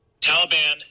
Taliban